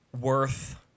worth